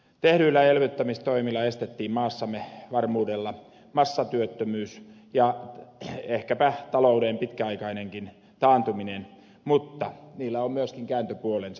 tehdyillä elvyttämistoimilla estettiin maassamme varmuudella massatyöttömyys ja ehkäpä talouden pitkäaikainenkin taantuminen mutta niillä on myöskin kääntöpuolensa